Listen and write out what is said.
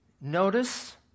notice